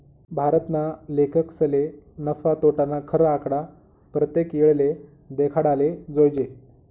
भारतना लेखकसले नफा, तोटाना खरा आकडा परतेक येळले देखाडाले जोयजे